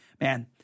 Man